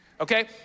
okay